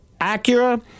Acura